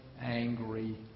angry